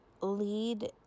lead